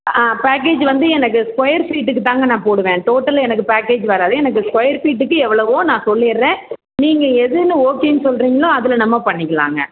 ஆ package வந்து எனக்கு square ஃபீட்டுக்கு தாங்க நான் போடுவேன் டோட்டல் எனக்கு பேக்கேஜ் வராது எனக்கு ஸ்கொயர் ஃபீட்டுக்கு எவ்வளோவோ நான் சொல்லிடுறேன் நீங்கள் எதுன்னு ஓகேன்னு சொல்லுறீங்களோ அதில் நம்ம பண்ணிக்கலாங்க